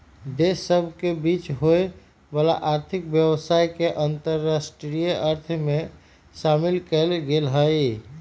देश सभ के बीच होय वला आर्थिक व्यवसाय के अंतरराष्ट्रीय अर्थ में शामिल कएल गेल हइ